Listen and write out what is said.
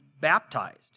baptized